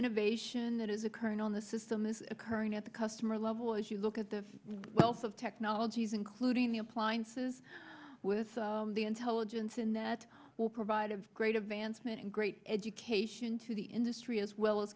innovation that is occurring on the system is occurring at the customer level if you look at the wealth of technologies including the appliances with the intelligence and that will provide a great advancement and great education to the industry as well as